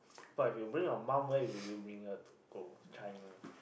but if you bring your mum where would you bring her to go China